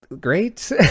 great